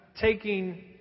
taking